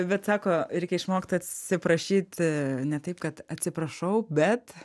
bet sako reikia išmokt atsiprašyt ne taip kad atsiprašau bet